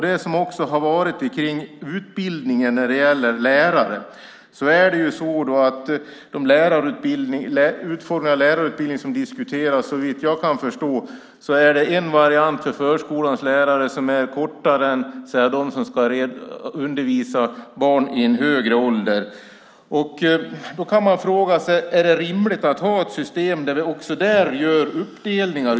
Det som också diskuteras när det gäller lärarutbildningen är, såvitt jag kan förstå, att utbildningen för förskolans lärare ska vara en kortare variant än för dem som ska undervisa barn i högre åldrar. Man kan fråga sig om det är rimligt att ha ett system med denna uppdelning.